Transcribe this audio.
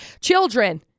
Children